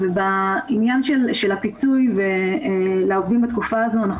ובעניין של הפיצוי לעובדים בתקופה הזאת אנחנו